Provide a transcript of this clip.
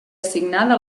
assignada